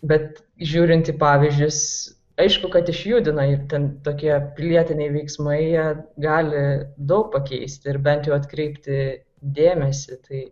bet žiūrint į pavyzdžius aišku kad išjudina ir ten tokie pilietiniai veiksmai jie gali daug pakeisti ir bent jau atkreipti dėmesį tai